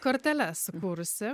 korteles sukūrusi